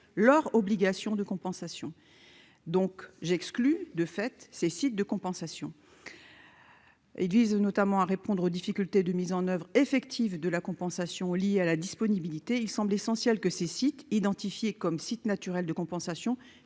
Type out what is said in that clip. leur obligation de compensation donc j'exclus de fait, ces sites de compensation et vise notamment à répondre aux difficultés de mise en oeuvre effective de la compensation liée à la disponibilité, il semble essentiel que ces sites identifiés comme site naturel de compensation